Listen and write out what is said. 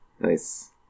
Nice